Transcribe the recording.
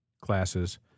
classes